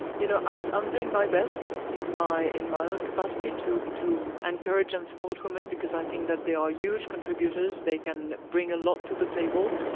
you know, i'm um doing my best in my in my own capacity to to encourage and support women, because i think that they are huge contributors. they can bring a lot to the table.